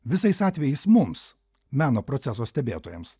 visais atvejais mums meno proceso stebėtojams